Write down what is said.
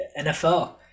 NFL